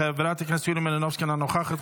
חברת הכנסת יוליה מלינובסקי, אינה נוכחת.